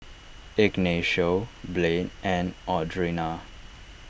Ignacio Blaine and Audrina